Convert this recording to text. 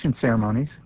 ceremonies